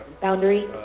Boundary